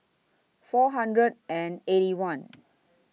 four hundred and Eighty One